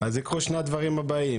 אז יקרו שני הדברים הבאים: